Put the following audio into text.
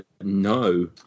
No